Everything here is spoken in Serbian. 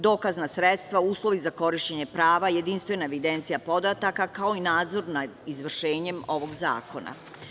Dokazna sredstva, uslovi za korišćenje prava, jedinstvena evidencija podataka, kao i nadzor nad izvršenjem ovog zakona.